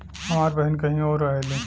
हमार बहिन कहीं और रहेली